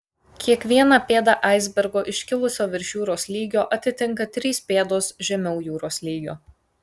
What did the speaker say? kiekvieną pėdą aisbergo iškilusio virš jūros lygio atitinka trys pėdos žemiau jūros lygio